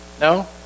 No